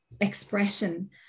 expression